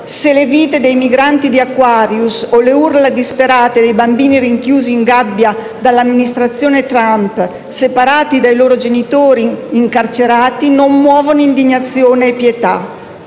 se le vite dei migranti dell'Aquarius o le urla disperate dei bambini rinchiusi in gabbia dall'amministrazione Trump, separati dai loro genitori incarcerati, non muovono indignazione e pietà.